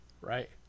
Right